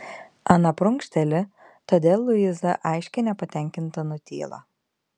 ana prunkšteli todėl luiza aiškiai nepatenkinta nutyla